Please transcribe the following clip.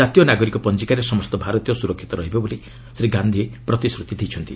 କାତୀୟ ନାଗରିକ ପଞ୍ଜିକାରେ ସମସ୍ତ ଭାରତୀୟ ସୁରକ୍ଷିତ ରହିବେ ବୋଲି ଶ୍ରୀ ଗାନ୍ଧି ପ୍ରତିଶ୍ରତି ଦେଇଛନ୍ତି